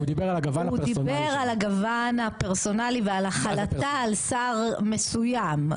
הוא דיבר על הגוון הפרסונלי ועל החלטה על שר מסוים.